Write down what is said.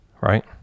right